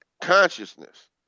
consciousness